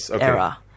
era